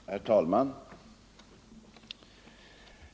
Herr talman!